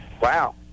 Wow